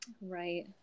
Right